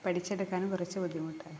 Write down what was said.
പഠിച്ചെടുക്കാനും കുറച്ച് ബുദ്ധിമുട്ടാണ്